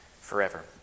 forever